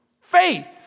faith